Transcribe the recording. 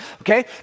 okay